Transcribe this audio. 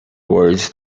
words